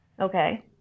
Okay